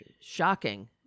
shocking